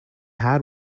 had